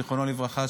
זיכרונו לברכה,